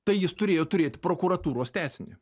tai jis turėjo turėti prokuratūros tęsinį